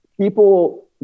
people